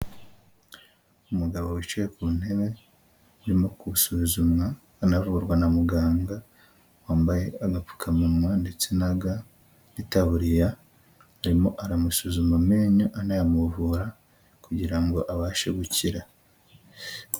Umugabo wicaye ku ntebe, urimo gusuzumwa anavurwa na muganda, wambaye agapfukamunwa ndetse na ga n'itaburiya arimo arasuzumwa amenyo anayavurwa kugira ngo abashe gukira.